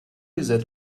that